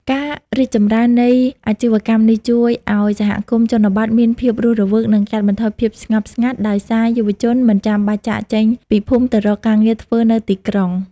ការរីកចម្រើននៃអាជីវកម្មនេះជួយឱ្យ "សហគមន៍ជនបទមានភាពរស់រវើក" និងកាត់បន្ថយភាពស្ងប់ស្ងាត់ដោយសារយុវជនមិនចាំបាច់ចាកចេញពីភូមិទៅរកការងារធ្វើនៅទីក្រុង។